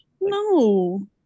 No